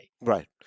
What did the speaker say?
right